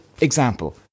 example